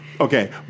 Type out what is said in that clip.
okay